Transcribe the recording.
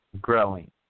growing